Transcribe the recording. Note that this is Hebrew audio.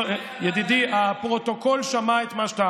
ידידי, הפרוטוקול שמע את מה שאתה